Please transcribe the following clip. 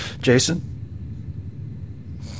Jason